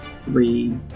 three